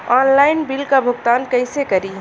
Online bill क भुगतान कईसे करी?